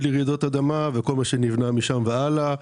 לרעידות אדמה וכל מה שנבנה משם והלאה,